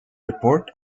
report